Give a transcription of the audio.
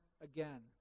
again